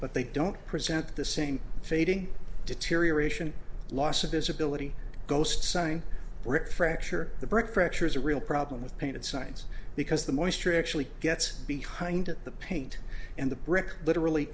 but they don't present the same fading deterioration loss of visibility ghost sign fracture the brick fracture is a real problem with painted signs because the moisture actually gets behind the paint and the brick literally